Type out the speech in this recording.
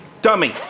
dummy